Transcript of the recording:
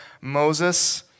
Moses